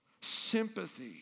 sympathy